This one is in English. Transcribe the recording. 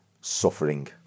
suffering